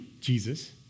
Jesus